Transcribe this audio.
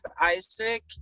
Isaac